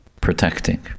protecting